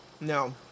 No